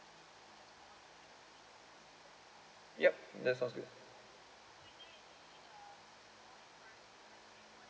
yup that sounds good